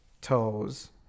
toes